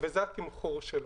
וזה התמחור שלהם.